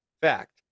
fact